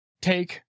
take